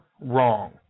wrong